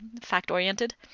fact-oriented